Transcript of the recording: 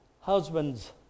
Husbands